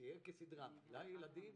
שתהיה כסדרה, והילדים,